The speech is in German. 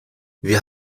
wir